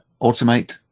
automate